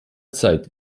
zeit